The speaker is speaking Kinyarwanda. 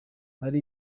hari